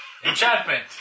Enchantment